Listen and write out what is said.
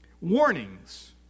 warnings